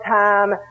time